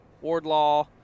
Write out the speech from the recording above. wardlaw